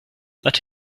that